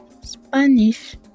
Spanish